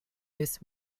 his